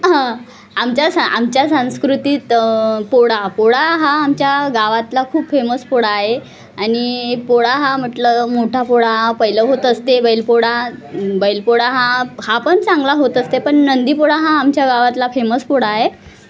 हं आमच्या स आमच्या संस्कृतीत पोळा पोळा हा आमच्या गावातला खूप फेमस पोळा आहे आणि पोळा हा म्हटलं मोठा पोळा हा पहिलं होत असते बैलपोळा बैलपोळा हा हा पण चांगला होत असते पण नंदी पोळा हा आमच्या गावातला फेमस पोळा आहे